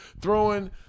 throwing